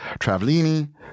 Travellini